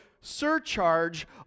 surcharge